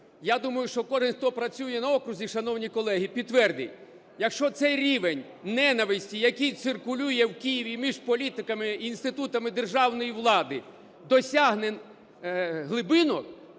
Я думаю, що кожен, хто працює на окрузі, шановні колеги, підтвердить, якщо цей рівень ненависті, який циркулює в Києві між політиками й інститутами державної влади досягне глибинок,